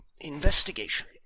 Investigation